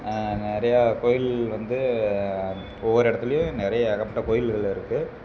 நிறையா கோவில் வந்து ஒவ்வொரு இடத்துலையும் நிறைய ஏகப்பட்ட கோவில்கள் இருக்குது